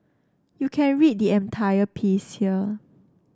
you can read the entire piece here